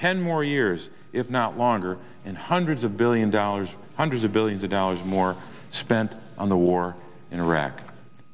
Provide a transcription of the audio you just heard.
ten more years if not longer in hundreds of billion dollars hundreds of billions of dollars more spent on the war in iraq